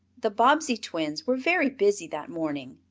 the bobbsey twins were very busy that morning.